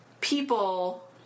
people